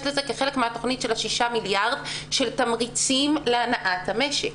לזה כחלק מהתכנית של ה-6 מיליארד של תמריצים להנעת המשק?